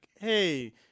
hey